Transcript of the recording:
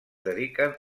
dediquen